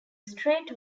straight